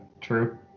True